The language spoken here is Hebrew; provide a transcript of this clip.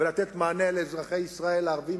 ולתת מענה לאזרחי ישראל הערבים,